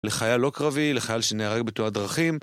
לחייל לא קרבי, לחייל שנהרג בתאונת דרכים